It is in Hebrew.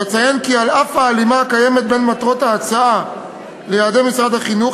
אציין כי על אף ההלימה הקיימת בין מטרות ההצעה ליעדי משרד החינוך,